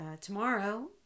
tomorrow